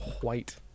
White